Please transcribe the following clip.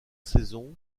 saison